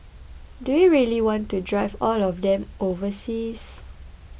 do we really want to drive all of them overseas